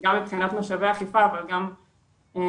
גם מבחינת משאבי אכיפה אבל גם מבחינת